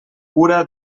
cura